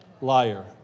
liar